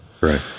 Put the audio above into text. Right